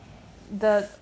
the